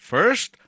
First